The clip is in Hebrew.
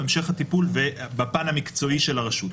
המשך הטיפול ובפן המקצועי של הרשות.